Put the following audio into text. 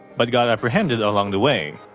but got apprehended along the way.